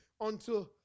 unto